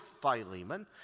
Philemon